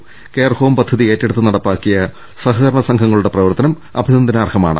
care home പദ്ധതി ഏറ്റെടുത്ത് നടപ്പാക്കിയ സഹക രണ സംഘങ്ങളുടെ പ്രവർത്തനം അഭിനന്ദനാർഹമാണ്